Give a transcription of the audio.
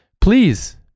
please